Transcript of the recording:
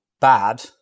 bad